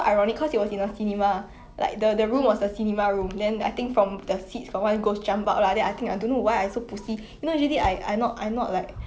ya I don't get it like I think 每天 right like you 已经 go through life then like you want to just enjoy like you wanna relax right but